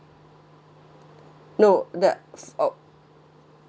no that !oops!